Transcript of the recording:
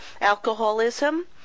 alcoholism